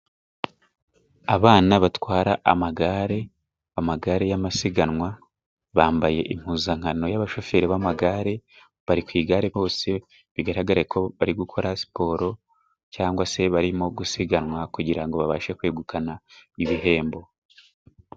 Abana batwara amagare, amagare y'amasiganwa bambaye impuzankano y'abashoferi b'amagare. Bari ku igare bose bigaragare ko bari gukora siporo cyangwa se barimo gusiganwa, kugirango babashe kwegukana ibihembo.